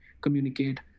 communicate